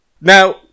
Now